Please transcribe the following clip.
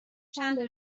چندلر